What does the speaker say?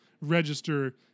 register